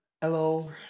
Hello